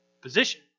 position